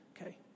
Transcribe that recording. Okay